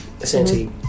essentially